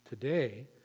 today